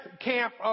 camp